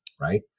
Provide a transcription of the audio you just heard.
right